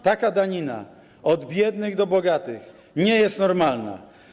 Taka danina od biednych dla bogatych nie jest normalna.